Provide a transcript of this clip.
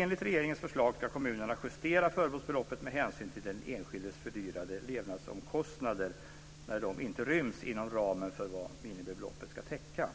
Enligt regeringens förslag ska kommunerna justera förbehållsbeloppet med hänsyn till den enskildes fördyrade levnadsomkostnader när de inte ryms inom ramen för vad minimibeloppet ska täcka.